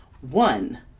One